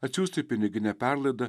atsiųsti pinigine perlaida